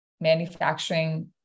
manufacturing